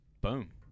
Boom